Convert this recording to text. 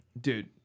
dude